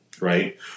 right